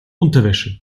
unterwäsche